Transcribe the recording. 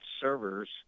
servers